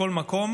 בכל מקום,